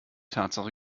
tatsache